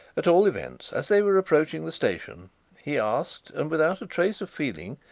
at all events, as they were approaching the station he asked, and without a trace of feeling,